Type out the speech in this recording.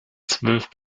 zwölf